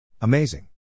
Amazing